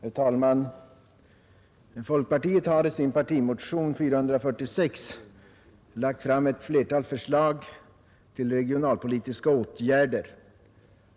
Herr talman! Folkpartiet har i sin partimotion 446 lagt fram ett flertal förslag till regionalpolitiska åtgärder.